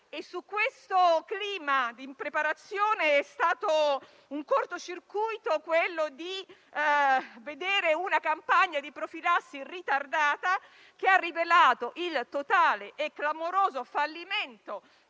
In questo clima di impreparazione, è stato un cortocircuito la campagna di profilassi ritardata, che ha rivelato il totale e clamoroso fallimento